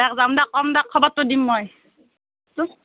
এ যাম দিয়ক কম দিয়ক খবৰটো দিম মই